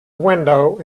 window